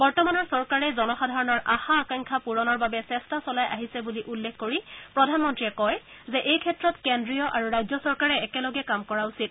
বৰ্তমানৰ চৰকাৰে জনসাধাৰণৰ আশা আকাংক্ষা পূৰণৰ বাবে চেষ্টা চলাই আহিছে বুলি উল্লেখ কৰি প্ৰধানমন্ত্ৰীয়ে কয় যে এইক্ষেত্ৰত কেন্দ্ৰীয় আৰু ৰাজ্য চৰকাৰে একেলগে কাম কৰা উচিত